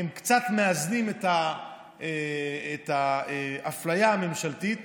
קצת מאזנות את האפליה הממשלתית.